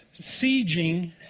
sieging